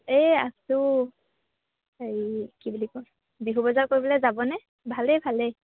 এই আছোঁ হেৰি কি বুলি কয় বিহু বজাৰ কৰিবলৈ যাবনে ভালেই ভালেই